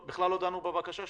בכלל לא דנו בבקשה שלהם.